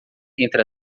entre